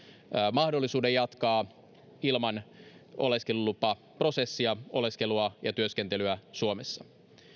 mahdollisuuden jatkaa ilman oleskelulupaprosessia oleskelua ja työskentelyä suomessa